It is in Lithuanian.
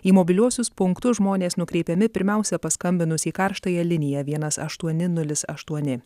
į mobiliuosius punktus žmonės nukreipiami pirmiausia paskambinus į karštąją liniją vienas aštuoni nulis aštuoni